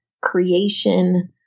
creation